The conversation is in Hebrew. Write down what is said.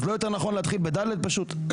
אז, לא יותר נכון להתחיל ב-ד' פשוט?